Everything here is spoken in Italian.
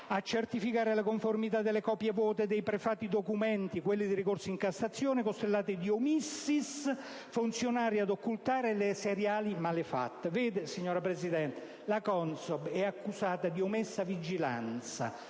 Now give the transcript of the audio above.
a certificare la conformità delle copie vuote dei prefati documenti, quelli dei ricorsi in Cassazione, costellati di *omissis*, funzionali ad occultare le seriali malefatte. Vede, signora Presidente, la CONSOB è accusata di omessa vigilanza,